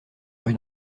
rue